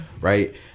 right